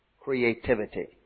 creativity